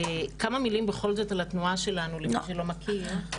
כמה מילים בכל זאת על התנועה שלנו, למי שלא מכיר.